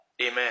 Amen